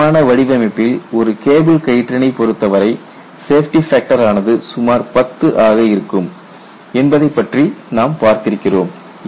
வழக்கமான வடிவமைப்பில் ஒரு கேபிள் கயிற்றினை பொறுத்தவரை சேஃப்டி ஃபேக்டர் ஆனது சுமார் 10 ஆக இருக்கும் என்பதைப்பற்றி நாம் பார்த்திருக்கிறோம்